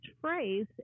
phrase